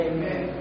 Amen